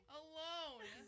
alone